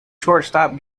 shortstop